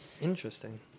Interesting